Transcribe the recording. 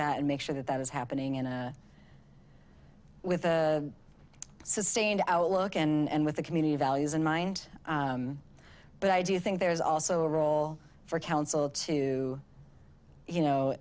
that and make sure that that is happening in a with a sustained outlook and with the community values in mind but i do think there's also a role for council to you know